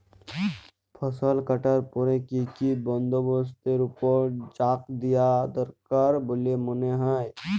ফসলকাটার পরে কি কি বন্দবস্তের উপর জাঁক দিয়া দরকার বল্যে মনে হয়?